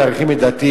לדעתי,